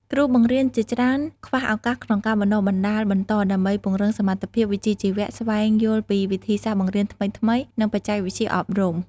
គ្រូបង្រៀនជាច្រើនខ្វះឱកាសក្នុងការបណ្តុះបណ្តាលបន្តដើម្បីពង្រឹងសមត្ថភាពវិជ្ជាជីវៈ ស្វែងយល់ពីវិធីសាស្ត្របង្រៀនថ្មីៗ និងបច្ចេកវិទ្យាអប់រំ។